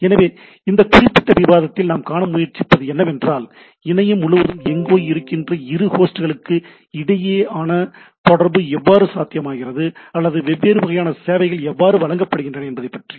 எனவே இந்த குறிப்பிட்ட விவாதத்தில் நாம் காண முயற்சிப்பது என்னவென்றால் இணையம் முழுவதும் எங்கோ இருக்கின்ற இரு ஹோஸ்ட்களுக்கு இடையேயான தொடர்பு எவ்வாறு சாத்தியமாகிறது அல்லது வெவ்வேறு வகையான சேவைகள் எவ்வாறு வழங்கப்படுகின்றன என்பது பற்றி